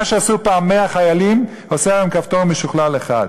מה שעשו פעם 100 חיילים עושה היום כפתור משוכלל אחד.